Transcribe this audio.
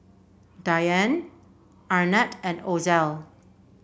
Dianne Arnett and Ozell